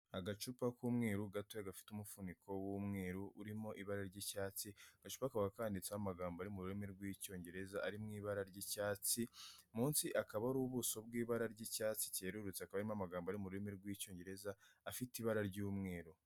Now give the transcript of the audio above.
Agacupa k'umweru gatoya gafite umufuniko w'umweru urimo ibara ry'icyatsi, agacupa kaba kanditseho amagambo ari mu rurimi rw'icyongereza ari mu ibara ry'icyatsi, munsi akaba ari ubuso bw'ibara ry'icyatsi cyerurutse, akaba harimo amagambo ari mu rurimi rw'icyongereza afite ibara ry'umweru.